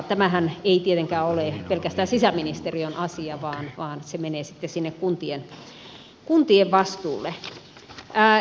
tämähän ei tietenkään ole pelkästään sisäministeriön asia vaan se menee sitten sinne kuntien vastuulle